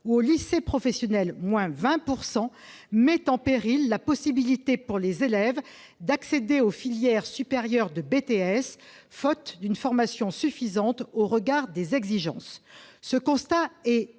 % en lycée professionnel -met en péril la possibilité pour les élèves d'accéder aux filières supérieures de BTS, faute d'une formation suffisante au regard des exigences. Ce constat est